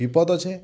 ବିପଦ ଅଛେ୍